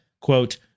quote